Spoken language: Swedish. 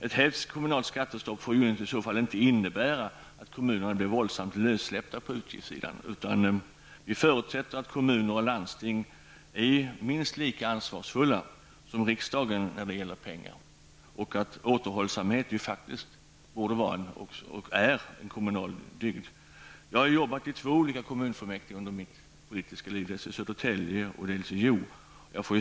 Ett hävt kommunalt skattestopp får ju inte innebära att kommunerna blir våldsamt lössläppta på utgiftssidan. Vi förutsätter att kommuner och landsting är minst lika ansvarsfulla som riksdagen när det gäller pengar. Återhållsamhet är och borde vara en kommunal dygd. Under mitt politiska liv har jag arbetat i två olika kommunfullmäktige, dels i Södertälje, dels i Hjo.